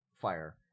fire